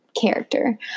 character